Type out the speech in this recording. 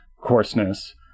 coarseness